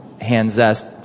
hand-zest